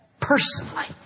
Personally